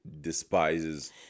despises